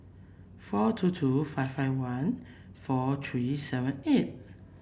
four two two five five one four three seven eight